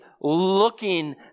looking